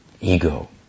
ego